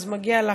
אז מגיע לך.